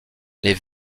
les